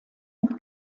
mit